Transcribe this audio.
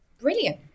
brilliant